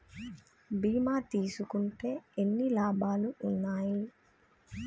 బీమా తీసుకుంటే ఎన్ని లాభాలు ఉన్నాయి?